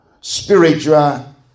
spiritual